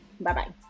Bye-bye